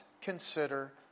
consider